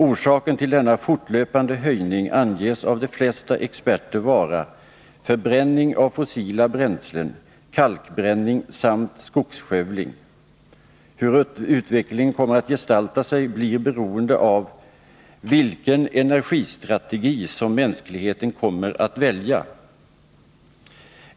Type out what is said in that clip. Orsaken till denna fortlöpande höjning anges av de flesta experter vara: förbränning av fossila bränslen, kalkbränning samt skogsskövling. Hur utvecklingen kommer att gestalta sig blir beroende av vilken energistrategi som mänskligheten kommer att välja.